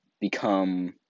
become